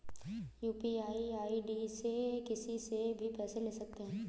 क्या UPI ID से किसी से भी पैसे ले दे सकते हैं?